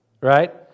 right